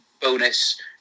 Bonus